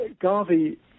Garvey